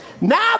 Now